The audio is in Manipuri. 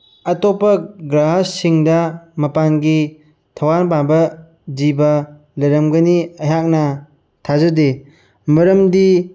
ꯑꯇꯣꯞꯄ ꯒ꯭ꯔꯍꯥꯁꯤꯡꯗ ꯃꯄꯥꯟꯒꯤ ꯊꯋꯥꯏ ꯄꯥꯟꯕ ꯖꯤꯕ ꯂꯩꯔꯝꯒꯅꯤ ꯑꯩꯍꯥꯛꯅ ꯊꯥꯖꯗꯦ ꯃꯔꯝꯗꯤ